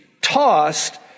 tossed